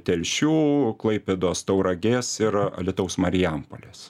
telšių klaipėdos tauragės ir alytaus marijampolės